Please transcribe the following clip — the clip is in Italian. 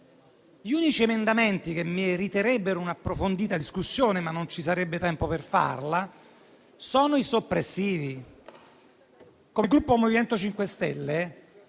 Gli unici emendamenti che meriterebbero un'approfondita discussione (che però non ci sarebbe tempo di farle) sono i soppressivi. Come Gruppo MoVimento 5 Stelle